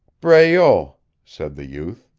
breault, said the youth.